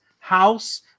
house